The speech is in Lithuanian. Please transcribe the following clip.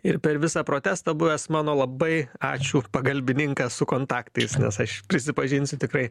ir per visą protestą buvęs mano labai ačiū pagalbininkas su kontaktais nes aš prisipažinsiu tikrai